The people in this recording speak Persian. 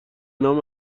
نام